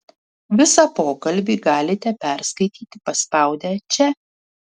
visą pokalbį galite perskaityti paspaudę čia